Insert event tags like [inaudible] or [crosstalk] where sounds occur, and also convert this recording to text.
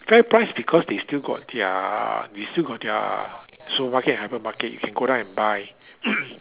FairPrice because they still got their they still got their supermarket andhypermarket you can go down and buy [noise]